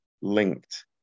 linked